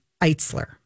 Eitzler